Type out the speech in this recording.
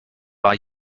war